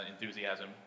enthusiasm